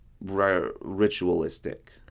Ritualistic